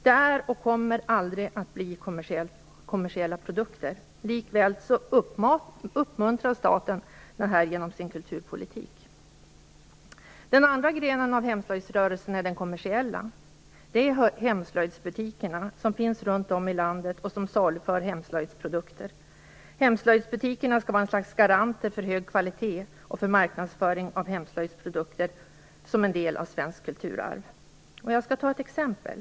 De är och kommer aldrig att bli kommersiella produkter, likväl uppmuntrar staten detta genom sin kulturpolitik. Den andra grenen av hemslöjdsrörelsen är den kommersiella. Det är hemslöjdsbutikerna som finns runt om i landet och som saluför hemslöjdsprodukter. Hemslöjdsbutikerna skall vara ett slags garanter för hög kvalitet och för marknadsföring av hemslöjdsprodukter som en del av svenskt kulturarv. Jag skall ta ett exempel.